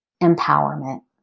empowerment